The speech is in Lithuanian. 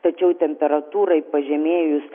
tačiau temperatūrai pažemėjus